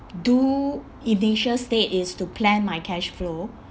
do initial state is to plan my cashflow